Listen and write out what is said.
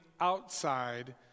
outside